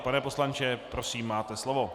Pane poslanče, prosím, máte slovo.